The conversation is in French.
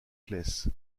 claise